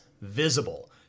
visible